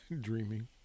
Dreaming